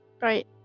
Right